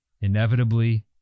inevitably